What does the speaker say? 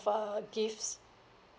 uh gifts